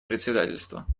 председательства